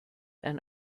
and